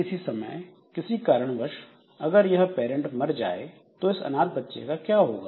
किसी समय किसी कारणवश अगर यह पैरेंट मर जाए तो इस अनाथ बच्चे का क्या होगा